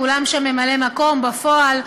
כולם שם ממלאי-מקום בפועל,